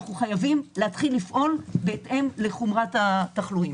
אנחנו חייבים להתחיל לפעול בהתאם לחומרת התחלואים.